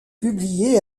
publiés